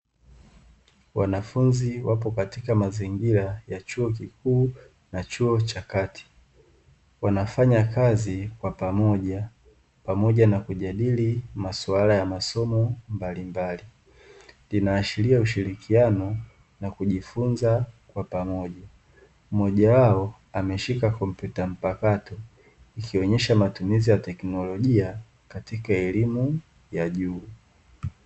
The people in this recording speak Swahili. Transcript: Wanafunzi wapo katika mazingira ya chuo kikuu na chuo cha kati, wanafanya kazi kwa pamoja, pamoja na kujadili masuala ya masomo mbalimbali; inaashiria ushirikiano na kujifunza kwa pamoja. Mmoja wao ameshika kompyuta mpakato, ikionyesha matumizi ya teknolojia katika elimu ya juu.